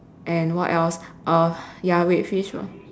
and what else uh ya wait fishball